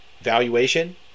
valuation